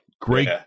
Great